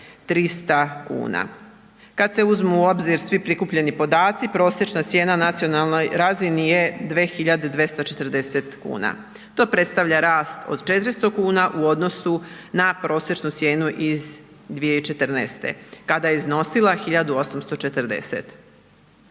3.300 kuna. Kad se uzmu u obzir svi prikupljeni podaci prosječna cijena na nacionalnoj razini je 2.240 kuna. To predstavlja rast od 400 kuna u odnosu na prosječnu cijenu iz 2014. kada je iznosila 1.840.